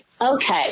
Okay